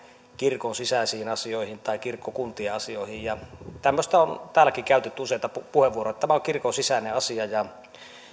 kirkon sisäisiin asioihin tai kirkkokuntien asioihin tästä on täälläkin käytetty useita puheenvuoroja että tämä on kirkon sisäinen asia